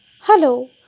Hello